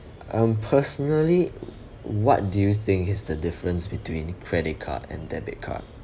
um personally what do you think is the difference between credit card and debit card